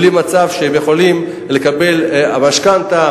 בלי מצב שהם יכולים לקבל משכנתה,